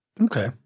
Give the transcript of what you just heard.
Okay